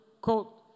quote